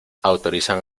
autorizan